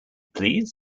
please